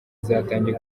zatangiye